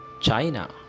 China